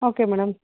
okay madam